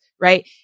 right